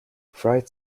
freight